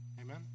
Amen